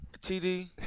TD